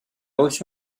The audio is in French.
reçu